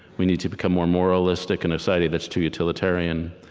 we need to become more moralistic in a society that's too utilitarian.